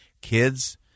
kids